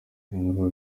inkuru